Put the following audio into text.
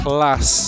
Class